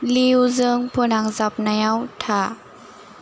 लिउजों फोनांजाबनायाव था